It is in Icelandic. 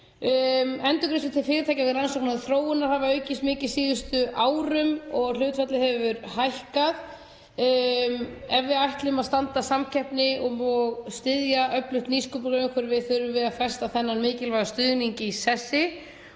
Endurgreiðslur til fyrirtækja vegna rannsókna og þróunar hafa aukist mikið á síðustu árum og hlutfallið hefur hækkað. Ef við ætlum að standast samkeppni og styðja öflugt nýsköpunarumhverfi þá þurfum við að festa þennan mikilvæga stuðning í sessi